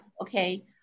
Okay